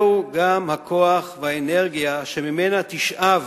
הם גם הכוח והאנרגיה שמהם תשאב